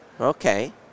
Okay